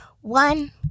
one